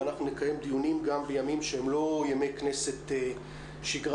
ונקיים דיונים גם בימים שהם לא ימי כנסת שגרתיים.